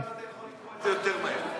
האם אתה יכול לקרוא את זה יותר מהר?